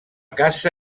caça